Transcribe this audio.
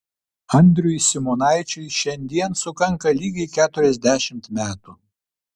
andriui simonaičiui šiandien sukanka lygiai keturiasdešimt metų